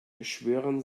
schwören